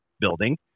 building